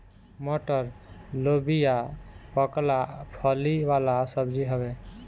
मटर, लोबिया, बकला फली वाला सब्जी हवे